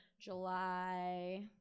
July